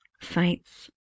sites